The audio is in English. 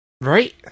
right